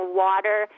water